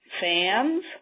fans